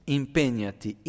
impegnati